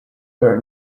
her